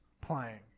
playing